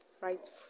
right